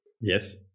Yes